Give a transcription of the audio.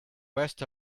rest